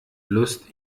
lust